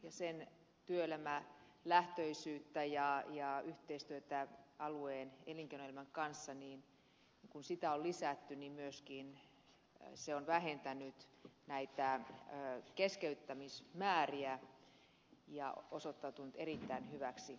kun sen työelämälähtöisyyttä ja yhteistyötä alueen elinkeinoelämän kanssa on lisätty niin myöskin se on vähentänyt näitä keskeyttämismääriä ja osoittautunut erittäin hyväksi